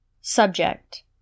Subject